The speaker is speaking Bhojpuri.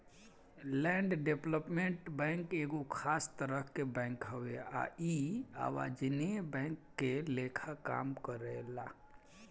लैंड डेवलपमेंट बैंक एगो खास तरह के बैंक हवे आ इ अवाणिज्यिक बैंक के लेखा काम करेला